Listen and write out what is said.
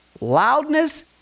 loudness